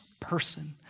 person